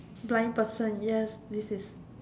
blind person yes this is